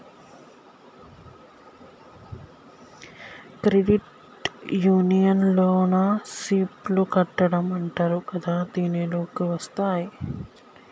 credit union లోన SIP లు కట్టడం అంటరు కదా దీనిలోకే వస్తాయ్